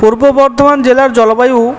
পূর্ব বর্ধমান জেলার জলবায়ু